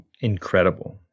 incredible